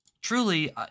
Truly